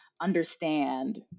understand